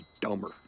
dumber